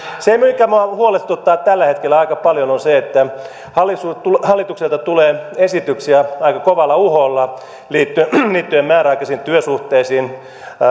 minua huolestuttaa tällä hetkellä aika paljon se että hallitukselta tulee esityksiä aika kovalla uholla liittyen määräaikaisiin työsuhteisiin